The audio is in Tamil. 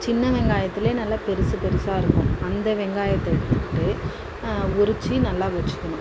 சின்ன வெங்காயத்திலையே நல்லா பெருசு பெருசாக இருக்கும் அந்த வெங்காயத்தை எடுத்துக்கிட்டு உரிச்சி நல்லா வச்சுக்கணும்